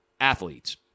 athletes